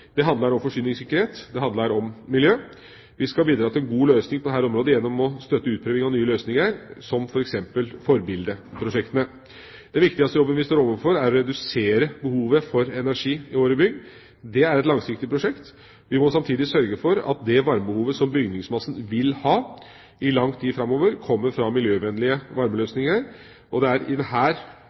Det handler om forsyningssikkerhet. Det handler om miljø. Vi skal bidra til en god løsning på dette området gjennom å støtte utbygging av nye løsninger som f.eks. forbildeprosjektene. Den viktigste jobben vi står overfor, er å redusere behovet for energi i våre bygg. Det er et langsiktig prosjekt. Vi må samtidig sørge for at det varmebehovet som bygningsmassen vil ha i lang tid framover, kommer fra miljøvennlige varmeløsninger. Det er